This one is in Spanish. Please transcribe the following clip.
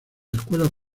escuelas